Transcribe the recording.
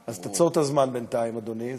אז תעצור את הזמן בינתיים, אדוני.